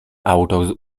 autor